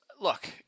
look